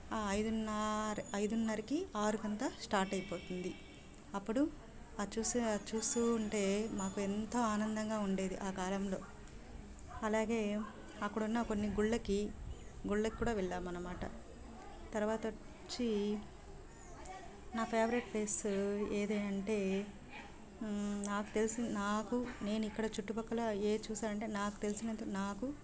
ఐదున్నర ఐదున్నరకి ఆరుకి అంతా స్టార్ట్ అయిపోతుంది అప్పుడు చూస్తే చూస్తూ ఉంటే మాకు ఎంత ఆనందంగా ఉండేది ఆ కాలంలో అలాగే అక్కడ ఉన్న కొన్ని గుళ్ళకి గుళ్ళకి కూడా వెళ్ళాం అన్నమాట తర్వాత వచ్చి నా ఫేవరెట్ ప్లేస్ ఏది అంటే నాకు తెలిసి నాకు నేను ఇక్కడ చుట్టుపక్కల ఏ చూసాను అంటే నాకు తెలిసినంత నాకు